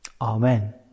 Amen